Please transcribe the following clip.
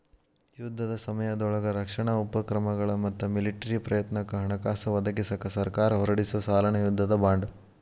ಯುದ್ಧದ ಸಮಯದೊಳಗ ರಕ್ಷಣಾ ಉಪಕ್ರಮಗಳ ಮತ್ತ ಮಿಲಿಟರಿ ಪ್ರಯತ್ನಕ್ಕ ಹಣಕಾಸ ಒದಗಿಸಕ ಸರ್ಕಾರ ಹೊರಡಿಸೊ ಸಾಲನ ಯುದ್ಧದ ಬಾಂಡ್